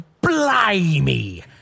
Blimey